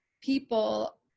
people